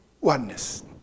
oneness